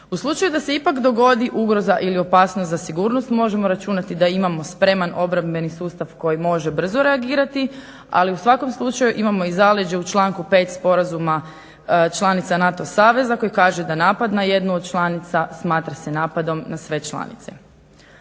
U slučaju da se ipak dogodi ugroza ili opasnost za sigurnost možemo računati da imamo spreman obrambeni sustav koji može brzo reagirati, ali u svakom slučaju imao i zaleđe u članku 5. Sporazuma članica NATO saveza koji kaže: "Da napad na jednu od članica, smatra se napadom na sve članice".